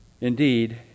Indeed